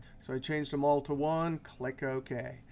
so i changed them all to one. click ok.